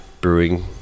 brewing